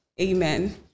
Amen